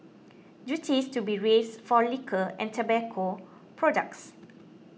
duties to be raised for liquor and tobacco products